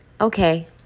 Okay